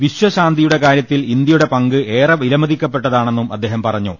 വിശ്വശാന്തിയുടെ കാര്യത്തിൽ ഇന്ത്യയുടെ പങ്ക് ഏറെ വില മ തി ക്ക പ്പെട്ട താ ണെന്നും അദ്ദേഹം പറഞ്ഞു